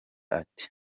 ati